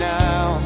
now